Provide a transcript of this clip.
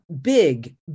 big